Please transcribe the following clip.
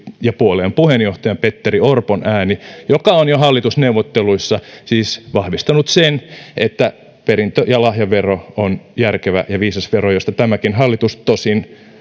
ja puolueen puheenjohtajan petteri orpon ääni joka on jo hallitusneuvotteluissa siis vahvistanut sen että perintö ja lahjavero on järkevä ja viisas vero josta tämäkin hallitus tosin